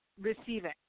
receiving